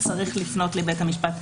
צריך לפנות לבית המשפט.